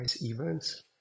events